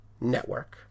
Network